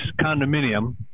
condominium